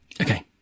Okay